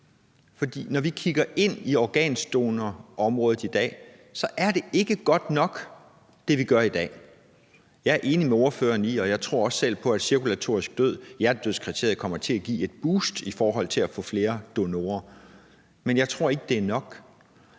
For når vi kigger ind i organdonorområdet i dag, er det, vi gør i dag, ikke godt nok. Jeg er enig med ordføreren i, og jeg tror også selv på, at cirkulatorisk død, hjertedødskriteriet, kommer til at give et boost i forhold til at få flere donorer, men jeg tror ikke, det er nok.